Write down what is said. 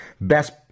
best